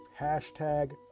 Hashtag